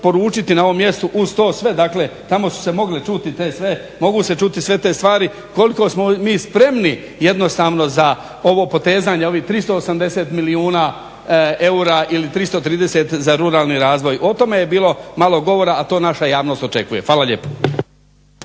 poručiti na ovom mjestu uz to sve, dakle tamo su se mogle čuti te sve, mogu se čuti sve te stvari koliko smo mi spremni jednostavno za ovo potezanje ovih 380 milijuna eura ili 330 za ruralni razvoj. O tome je bilo malo govora a to naša javnost očekuje. Hvala lijepa.